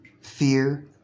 fear